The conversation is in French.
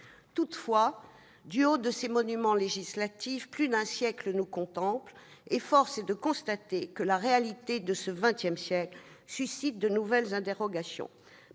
Toutefois, du haut de ces monuments législatifs, plus d'un siècle nous contemple, et force est de constater que la réalité de ce XXI siècle suscite de nouvelles interrogations.